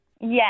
Yes